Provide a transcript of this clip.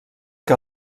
que